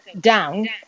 down